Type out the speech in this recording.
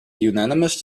unanimous